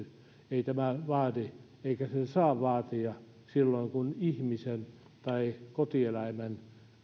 ei se vaadi eikä se saa vaatia silloin kun ihmisen tai kotieläimen